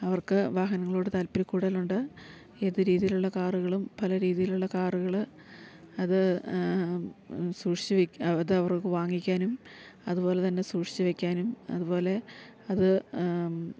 അവർക്ക് വാഹനങ്ങളോട് താല്പര്യക്കൂടുതലുണ്ട് ഏത് രീതിയിലുള്ള കാറുകളും പല രീതിയിലുള്ള കാറുകൾ അത് സൂക്ഷിച്ച് വെക്കുക അതവർക്ക് വാങ്ങിക്കാനും അതുപോലെതന്നെ സൂക്ഷിച്ച് വെക്കാനും അതുപോലെ അത്